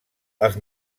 els